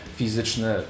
fizyczne